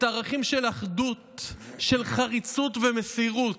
את הערכים של אחדות, של חריצות ומסירות,